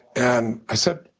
and i said,